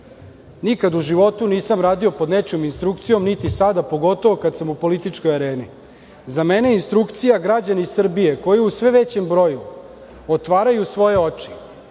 nikad u životu nisam radio pod nečijom instrukcijom, niti sada, pogotovo kada smo u političkoj areni. Za mene je instrukcija građani Srbije, koji u sve većem broju otvaraju svoje oči